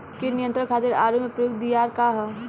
कीट नियंत्रण खातिर आलू में प्रयुक्त दियार का ह?